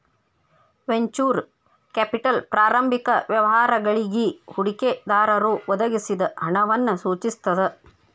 venture capital ಪ್ರಾರಂಭಿಕ ವ್ಯವಹಾರಗಳಿಗಿ ಹೂಡಿಕೆದಾರರು ಒದಗಿಸಿದ ಹಣವನ್ನ ಸೂಚಿಸ್ತದ